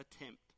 attempt